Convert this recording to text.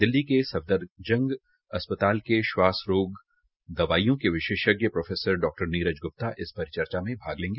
दिल्ली के सफदरजग अस्पताल के स्वास रोग दवाईयों के विशेषज्ञ प्रोफेसर डॉ नीरज ग्रप्ता इस परिचर्चा में भाग लेगी